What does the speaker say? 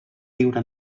viure